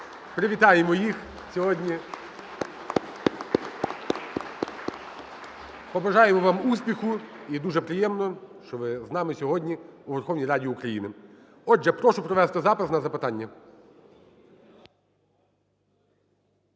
Привітаємо їх сьогодні. (Оплески) Побажаємо вам успіху, і дуже приємно, що ви з нами сьогодні у Верховній Раді України. Отже, прошу провести запис на запитання.